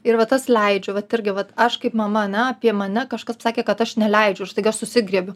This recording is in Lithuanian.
ir vat tas leidžiu vat irgi vat aš kaip mama ane apie mane kažkas pasakė kad aš neleidžiu ir staiga aš susigriebiu